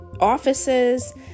offices